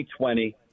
2020